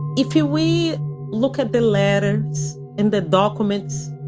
if ah we look at the letters and the documents,